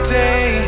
day